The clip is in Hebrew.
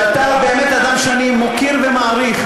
ואתה באמת אדם שאני מוקיר ומעריך,